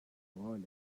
want